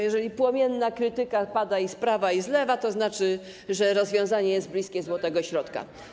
Jeżeli płomienna krytyka pada i z prawa, i z lewa, to znaczy, że rozwiązanie jest bliskie złotego środka.